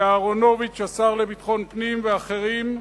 ויצחק אהרונוביץ, השר לביטחון פנים, ואחרים.